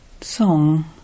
Song